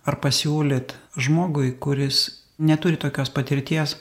ar pasiūlyt žmogui kuris neturi tokios patirties